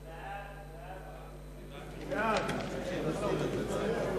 חוק יסודות התקציב (תיקון מס' 38),